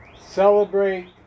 Celebrate